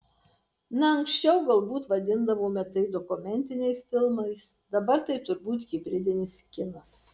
na anksčiau galbūt vadindavome tai dokumentiniais filmais dabar tai turbūt hibridinis kinas